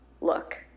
Look